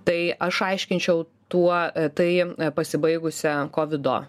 tai aš aiškinčiau tuo tai pasibaigusią kovido